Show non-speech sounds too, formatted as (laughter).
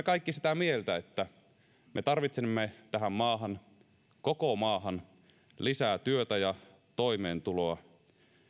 (unintelligible) kaikki sitä mieltä että me tarvitsemme tähän maahan koko maahan lisää työtä ja toimeentuloa